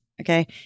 Okay